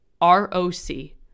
R-O-C